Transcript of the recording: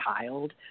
child